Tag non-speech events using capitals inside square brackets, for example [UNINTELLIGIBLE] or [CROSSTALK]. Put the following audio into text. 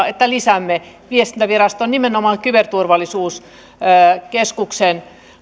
[UNINTELLIGIBLE] että lisäämme viestintävirastoon nimenomaan kyberturvallisuuskeskuksen